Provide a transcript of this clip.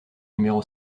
numéro